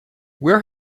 where